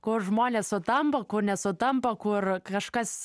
kur žmonės sutampa kur nesutampa kur kažkas